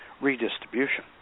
redistribution